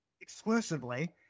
exclusively